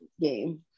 game